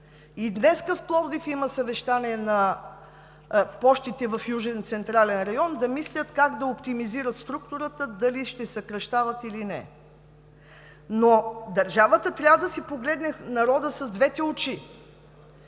И днес в Пловдив има съвещание на Пощите в Южен централен район, за да мислят как да оптимизират структурата, дали ще съкращават или не. Но държавата трябва да си погледне народа с двете очи!